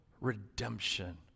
redemption